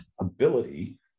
ability